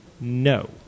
No